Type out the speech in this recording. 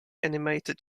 animated